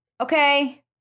okay